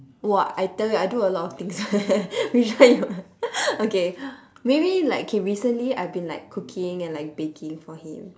!wah! I tell you I do a lot of things [one] eh which one you want okay maybe like okay recently I have been like cooking and like baking for him